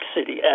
City